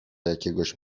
jakiegoś